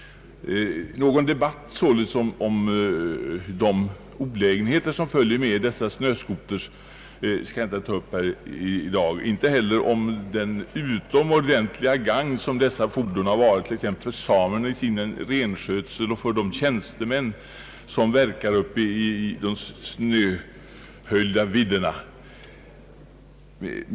Någon debatt om de olägenheter som följer med dessa snöskotrar skall jag inte ta upp här i dag. Jag skall inte heller kommentera det utomordentliga gagn som dessa fordon har varit till för samerna i deras renskötsel och för de tjänstemän som verkar på de snöhöljda vidderna.